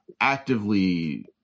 actively